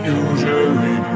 usually